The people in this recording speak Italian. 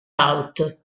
out